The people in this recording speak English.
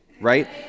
right